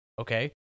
okay